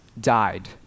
died